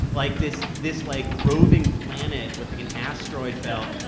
like this this, like, roving planet with, like, an asteroid belt.